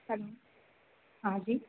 hello हाँ जी